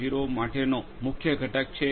0 માટેનો મુખ્ય ઘટક છે